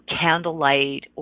candlelight